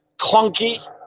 clunky